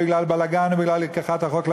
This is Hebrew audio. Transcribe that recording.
בגלל בלגן או בגלל לקיחת החוק לידיים,